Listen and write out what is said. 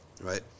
right